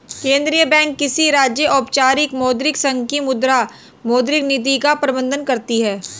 केंद्रीय बैंक किसी राज्य, औपचारिक मौद्रिक संघ की मुद्रा, मौद्रिक नीति का प्रबन्धन करती है